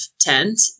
tent